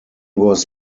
was